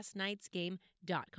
lastnightsgame.com